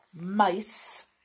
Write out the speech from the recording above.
mice